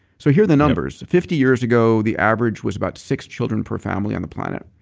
so here are the numbers. fifty years ago the average was about six children per family on the planet